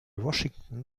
washington